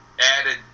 added